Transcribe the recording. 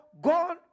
God